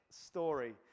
story